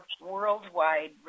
worldwide